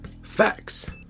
facts